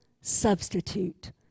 substitute